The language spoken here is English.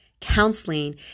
Counseling